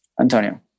Antonio